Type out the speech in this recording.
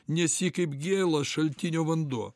nes ji kaip gėlas šaltinio vanduo